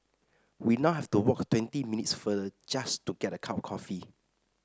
we now have to walk twenty minutes further just to get a cup of coffee